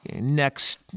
next